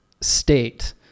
state